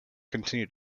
continued